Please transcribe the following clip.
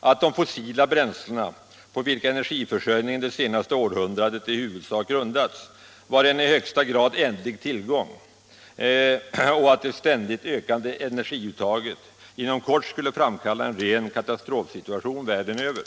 att de fossila bränslena, på vilka energiförsörjningen under det senaste århundradet i huvudsak grundats, är en i högsta grad ändlig tillgång och att det ständigt ökande energiuttaget inom kort kan framkalla en ren katastrofsituation över hela världen.